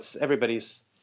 everybody's